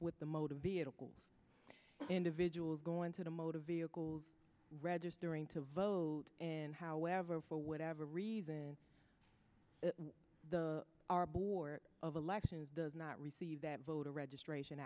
our the motor vehicle individuals going to the motor vehicle registering to vote and however for whatever reason the our board of elections does not receive that voter registration